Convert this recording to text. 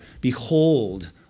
Behold